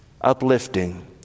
uplifting